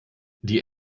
die